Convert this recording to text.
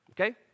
okay